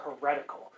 heretical